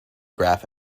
graf